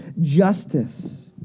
justice